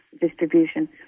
distribution